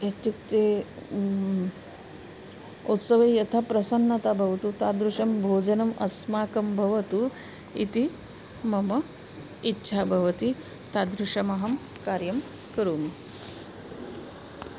इत्युक्ते उत्सवे यथा प्रसन्नता भवतु तादृशं भोजनम् अस्माकं भवतु इति मम इच्छा भवति तादृशमहं कार्यं करोमि